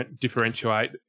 differentiate